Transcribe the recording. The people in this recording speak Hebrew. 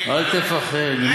אל תפחד.